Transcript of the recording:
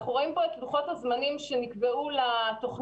אנחנו רואים כאן את לוחות הזמנים שנקבעו לתוכנית.